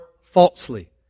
falsely